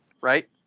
right